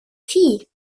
filles